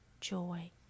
joy